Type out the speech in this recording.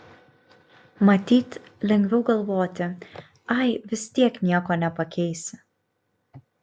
matyt lengviau galvoti ai vis tiek nieko nepakeisi